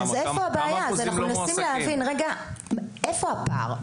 אנחנו מנסים להבין איפה הבעיה ואיפה הפער.